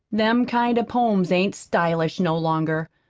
them kind of poems ain't stylish no longer.